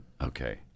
Okay